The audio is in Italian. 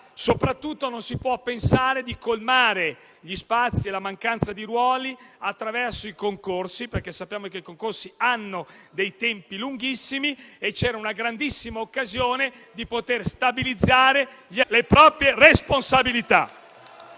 Soprattutto non si può pensare di colmare gli spazi della mancanza di ruoli attraverso i concorsi, perché sappiamo che hanno tempi lunghissimi. C'era una grandissima occasione per poter stabilizzare gli attuali